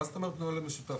מה זאת אומרת נוהל משותף?